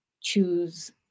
choose